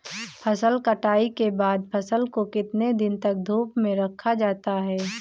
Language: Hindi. फसल कटाई के बाद फ़सल को कितने दिन तक धूप में रखा जाता है?